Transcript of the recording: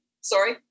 Sorry